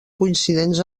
coincidents